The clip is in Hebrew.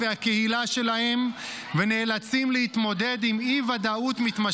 הלוחמים האלה נפלו ונפצעו וממשיכים להילחם בשמה של מדינת ישראל.